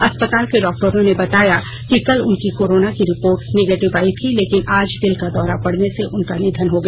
अस्पताल के डॉक्टरों ने बताया कि कल उनकी कोरोना की रिपोर्ट निगेटिव आयी थी लेकिन आज दिल का दौरा पड़ने से उनका निधन हो गया